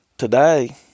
Today